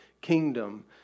kingdom